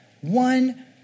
one